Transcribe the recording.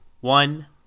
one